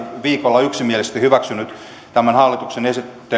viikolla yksimielisesti hyväksynyt tämän hallituksen